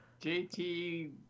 JT